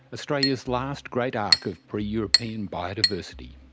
australia's last great ark of pre-european biodiversity.